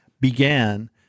began